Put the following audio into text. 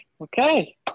Okay